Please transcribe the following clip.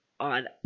on